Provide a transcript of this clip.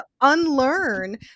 unlearn